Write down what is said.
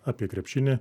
apie krepšinį